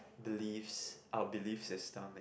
beliefs our belief system and